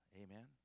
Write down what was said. Amen